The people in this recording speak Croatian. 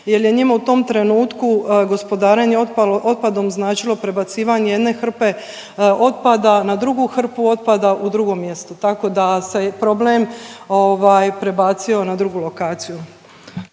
jer je njima u tom trenutku gospodarenje otpadom značilo prebacivanje jedne hrpe otpada na drugu hrpu otpada u drugom mjestu, tako da se problem prebacio na drugu lokaciju.